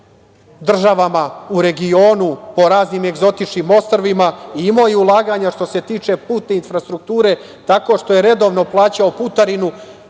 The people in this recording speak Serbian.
državama u regionu, po raznim egzotičnim ostrvima. Imao je i ulaganja što se tiče putne infrastrukture tako što je redovno plaćao putarinu